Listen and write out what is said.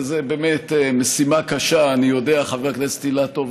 וזו באמת משימה קשה, אני יודע, חבר הכנסת אילטוב.